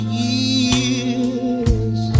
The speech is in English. years